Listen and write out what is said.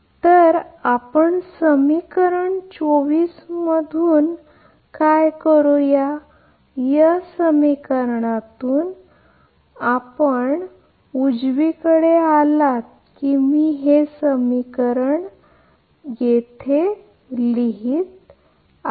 तर आपण समीकरण 24 मधून काय करूया या समीकरणा 24 तून आपले काय करू जर तुम्ही या उजवीकडे आला किंवा मी असे लिहितो की समीकरण 24 तुम्ही शोधत रहाण्याऐवजी असे लिहिले आहे मी येथे लिहित आहे